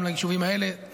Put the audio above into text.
גם ליישובים האלה.